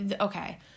okay